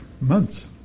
months